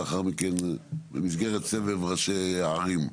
ולאחר מכן מסגרת סבב ראשי הערים.